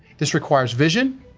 this requires vision,